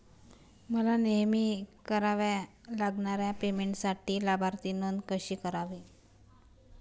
मला नेहमी कराव्या लागणाऱ्या पेमेंटसाठी लाभार्थी नोंद कशी करावी?